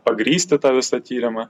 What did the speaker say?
pagrįsti tą visą tyrimą